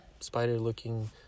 spider-looking